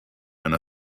and